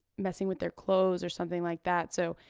messing with their clothes, or something like that. so,